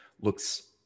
looks